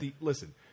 listen